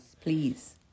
Please